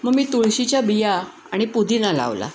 मग मी तुळशीच्या बिया आणि पुदिना लावला